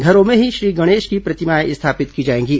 घरों में ही गणेश जी की प्रतिमाएं स्थापित की जाएंगी